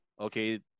okay